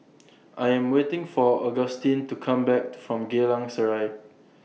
I Am waiting For Augustine to Come Back from Geylang Serai